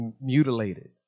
mutilated